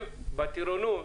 בטירונות,